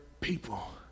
people